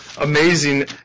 amazing